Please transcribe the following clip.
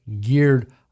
geared